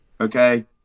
okay